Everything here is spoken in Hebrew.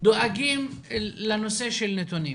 דואגים לנושא של נתונים.